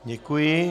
Děkuji.